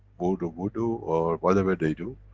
voodoo voodoo or whatever they do.